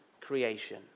creation